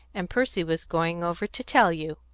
and percy was going over to tell you.